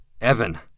Evan